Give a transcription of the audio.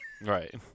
Right